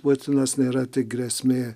putinas nėra tik grėsmė